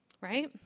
right